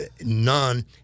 none